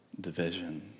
division